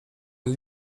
man